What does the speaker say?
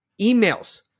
emails